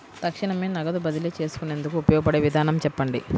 తక్షణమే నగదు బదిలీ చేసుకునేందుకు ఉపయోగపడే విధానము చెప్పండి?